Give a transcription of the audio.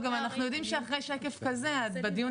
אנחנו גם יודעים שאחרי שקף כזה אז בדיון